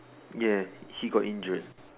ya he got injured